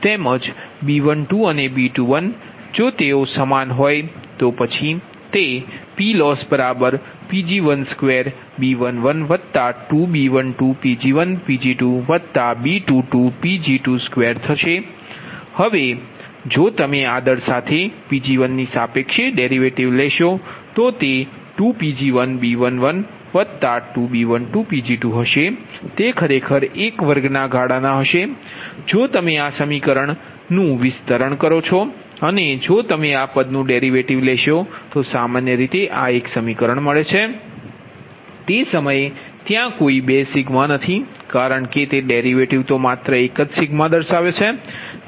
તેમજ B12 અને B21 જો તેઓ સમાન હોય તો પછી તે PLossPg12B112B12Pg1Pg2B22Pg22 થશે હવે જો તમે આદર સાથે Pg1ની સાપેક્ષે ડેરિવેટિવ લેશો તો તે 2Pg1B112B12Pg2 હશે તે ખરેખર એક વર્ગના ગાળાના હશે જો તમે આ વિસ્તરણ કરો અને જો તમે આ પદ નુ ડેરિવેટિવ લેશો તો સામાન્ય રીતે આ એક સમીકરણ છે તે સમયે ત્યાં કોઈ 2 સિગ્મા નથી કારણ કે તે ડેરિવેટિવ તો માત્ર એક સિગ્મા છે